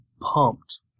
pumped